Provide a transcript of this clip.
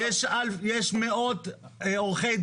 יגיש אותו לרשות המקומית,